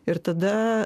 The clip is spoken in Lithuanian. ir tada